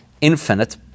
infinite